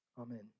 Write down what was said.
amen